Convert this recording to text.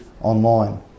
online